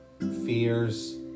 fears